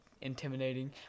intimidating